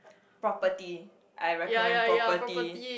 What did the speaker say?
property I recommend property